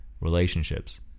relationships